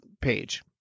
page